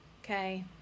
Okay